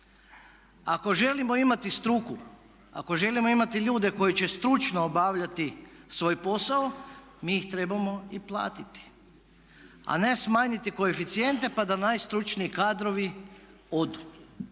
Ako želimo imati struku, ako želimo imati ljude koji će stručno obavljati svoj posao mi ih trebamo i platiti a ne smanjiti koeficijente pa da najstručniji kadrovi odu.